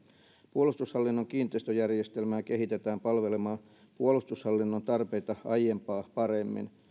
puolustushallinnon kiinteistöjärjestelmää kehitetään palvelemaan puolustushallinnon tarpeita aiempaa paremmin